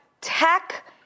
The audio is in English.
tech